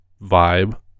vibe